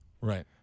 right